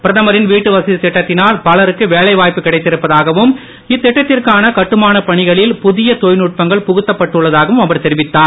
பிரதமரின் வீட்டுவசதி திட்டத்தினால் பலருக்கு வேலைவாய்ப்பு கிடைத்திருப்பதாகவும் இத்திட்டத்திற்கான கட்டுமானப் பணிகளை புதிய தொழில்நுட்பங்கள் புகுத்தப்பட்டுள்ளதாகவும் அவர் தெரிவித்தார்